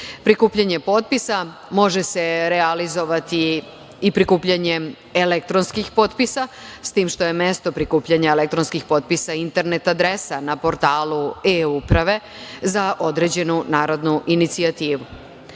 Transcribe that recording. redu. Prikupljanje potpisa može se realizovati i prikupljanjem elektronskih potpisa, s tim što je mesto prikupljanja elektronskih potpisa internet adresa na portalu eUprave za određenu narodnu incijativu. Predlogom